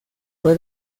fue